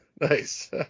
Nice